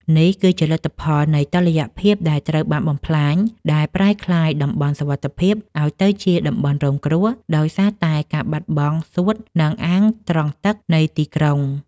នេះគឺជាលទ្ធផលនៃតុល្យភាពដែលត្រូវបានបំផ្លាញ ដែលប្រែក្លាយតំបន់សុវត្ថិភាពឱ្យទៅជាតំបន់រងគ្រោះដោយសារតែការបាត់បង់ សួត និង អាងត្រងទឹក នៃទីក្រុង។